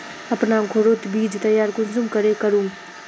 अपना घोरोत बीज तैयार कुंसम करे करूम?